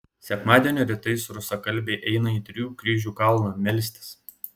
sekmadienio rytais rusakalbiai eina į trijų kryžių kalną melstis